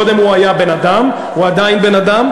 קודם הוא היה בן-אדם, והוא עדיין בן-אדם.